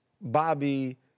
Bobby